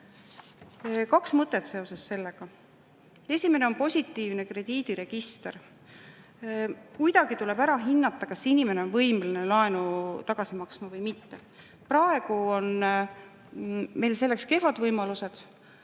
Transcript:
Kaks mõtet seoses sellega. Esimene on positiivne krediidiregister. Kuidagi tuleb ära hinnata, kas inimene on võimeline laenu tagasi maksma või mitte. Praegu on meil selleks kehvad võimalused. Inimene